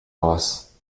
loss